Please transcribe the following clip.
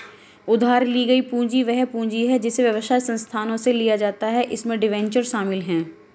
उधार ली गई पूंजी वह पूंजी है जिसे व्यवसाय संस्थानों से लिया जाता है इसमें डिबेंचर शामिल हैं